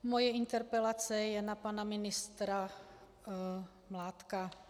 Moje interpelace je na pana ministra Mládka.